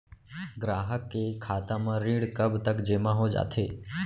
ग्राहक के खाता म ऋण कब तक जेमा हो जाथे?